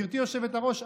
גברתי היושבת-ראש,